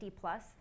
plus